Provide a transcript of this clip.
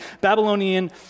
Babylonian